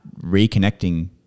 reconnecting